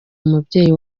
umubyeyi